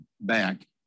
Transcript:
back